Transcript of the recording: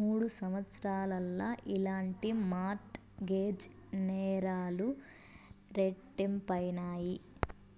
మూడు సంవత్సరాల్ల ఇలాంటి మార్ట్ గేజ్ నేరాలు రెట్టింపైనాయి